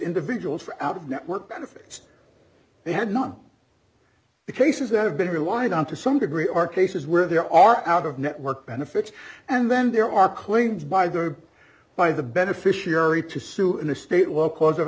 individuals for out of network benefits they had none the cases that have been relied on to some degree are cases where there are out of network benefits and then there are claims by the by the beneficiary to sue in the state while cause of